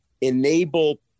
enable